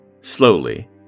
Slowly